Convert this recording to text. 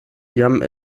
jam